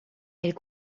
elle